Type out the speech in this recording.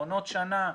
עונות שנה,